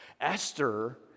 Esther